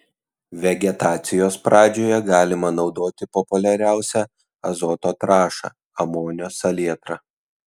vegetacijos pradžioje galima naudoti populiariausią azoto trąšą amonio salietrą